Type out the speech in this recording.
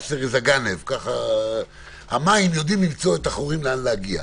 הם יודעים לאן להגיע.